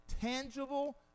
tangible